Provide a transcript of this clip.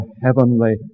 heavenly